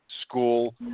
school